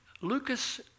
Lucas